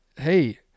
hey –